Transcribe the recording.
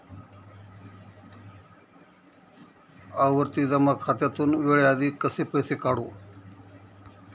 आवर्ती जमा खात्यातून वेळेआधी कसे पैसे काढू?